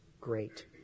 great